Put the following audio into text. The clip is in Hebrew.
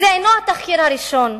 זה אינו התחקיר הראשון.